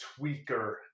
tweaker